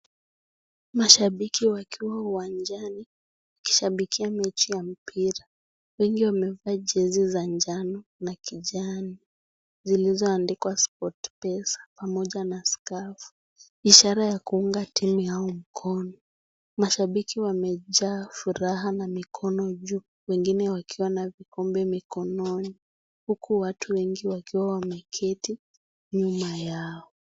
MAshabiki wakiwa uwanjani wakishabikia mechi ya mpira. Wengi wamevaa jezi za njano na kijani zilizoandikwa sportpesa pamoja na skafu, ishara ya kuunga timu yao mkono. Mashabiki wamejaa furaha na mikono juu, wengine wakiwa na vikombe mikononi huku watu wengi wakiwa wameketi nyuma yao.